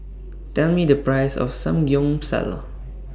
Tell Me The Price of Samgyeopsal